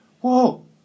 Whoa